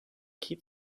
keep